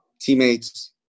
teammates